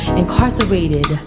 incarcerated